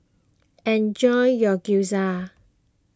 enjoy your Gyoza